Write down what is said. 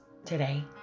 today